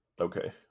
Okay